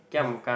what is it